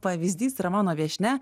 pavyzdys yra mano viešnia